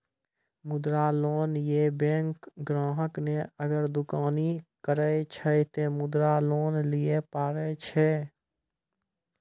मुद्रा लोन ये बैंक ग्राहक ने अगर दुकानी करे छै ते मुद्रा लोन लिए पारे छेयै?